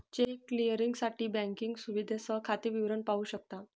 check क्लिअरिंगसाठी banking सुविधेसह खाते विवरण पाहू शकता